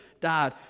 died